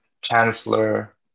chancellor